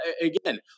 again